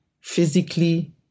physically